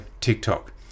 TikTok